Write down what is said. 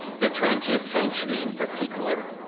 the twentieth century in particular,